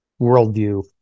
worldview